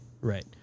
right